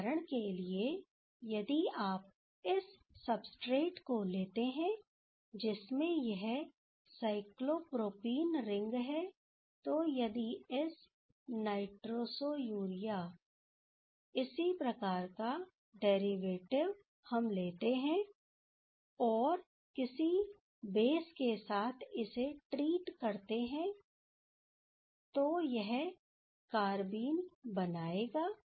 उदाहरण के लिए यदि आप इस सब्सट्रेट को लेते हैं जिसमें यह साइक्लोप्रोपीन रिंग है तो यदि इस एन नाइट्रोसो यूरिया प्रकार का डेरिवेटिव हम लेते हैं और किसी बेस के साथ इसे ट्रीट करते हैं तो यह कारबीन बनाएगा